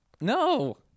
No